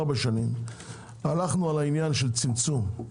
ארבע שנים הלכנו על העניין של צמצום.